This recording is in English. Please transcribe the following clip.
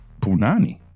Punani